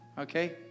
Okay